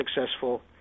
successful